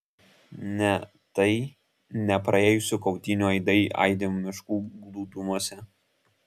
ne tai ne praėjusių kautynių aidai aidi miškų glūdumose